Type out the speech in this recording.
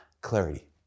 clarity